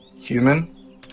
human